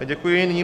Děkuji.